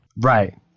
Right